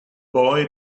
boy